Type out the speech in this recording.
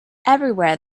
everywhere